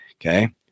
Okay